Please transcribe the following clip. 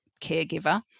caregiver